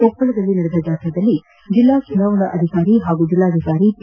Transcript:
ಕೊಪ್ಪಳದಲ್ಲಿ ನಡೆದ ಜಾಥಾದಲ್ಲಿ ಜಿಲ್ಲಾ ಚುನಾವಣಾಧಿಕಾರಿ ಹಾಗೂ ಜಿಲ್ಲಾಧಿಕಾರಿ ಪಿ